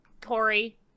Corey